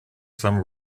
some